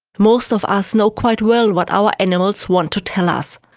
most of us know quite well what our animals want to tell us.